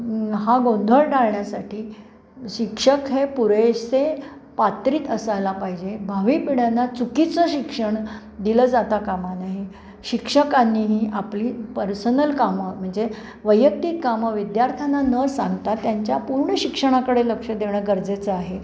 हा गोंधळ टाळण्यासाठी शिक्षक हे पुरेसे पात्रित असायला पाहिजे भावी पिढ्यांना चुकीचं शिक्षण दिलं जाता कामा नाही शिक्षकांनीही आपली पर्सनल कामं म्हणजे वैयक्तिक कामं विद्यार्थ्यांना न सांगता त्यांच्या पूर्ण शिक्षणाकडे लक्ष देणं गरजेचं आहे